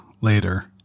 later